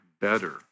better